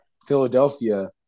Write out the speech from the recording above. Philadelphia